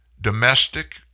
domestic